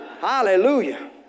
Hallelujah